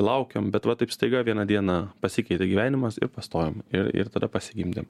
laukėm bet va taip staiga vieną dieną pasikeitė gyvenimas ir pastojom ir ir tada pasigimdėm